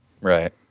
Right